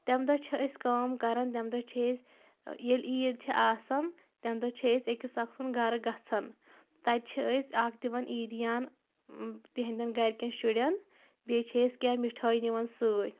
تمہِ دۄہ چھِ أسۍ کٲم کَران تَمہِ دۄہ چھِ أسۍ ییٚلہِ عیٖد چھِ آسان تمہِ دۄہ چھِ أسۍ أکِس اکھ سُنٛد گرٕ گژھان تَتہِ چھِ أسۍ اکھ دِوَان عیٖدِیَان تِہنٛدؠن گَرِکؠن شُرؠن بیٚیہِ چھِ أسۍ کینٛہہ مِٹھٲے نِوان سۭتۍ